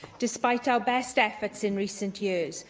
despite our best efforts in recent years,